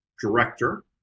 director